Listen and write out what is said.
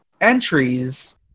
entries